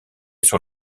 sur